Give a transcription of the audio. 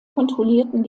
kontrollierten